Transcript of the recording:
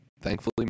thankfully